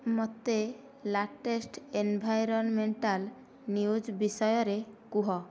ମୋତେ latest environmental news ବିଷୟରେ କୁହ